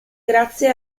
grazie